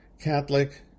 Catholic